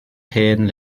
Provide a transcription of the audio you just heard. hen